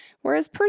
Whereas